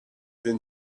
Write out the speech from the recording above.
then